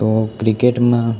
તો ક્રિકેટમાં